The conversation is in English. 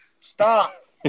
Stop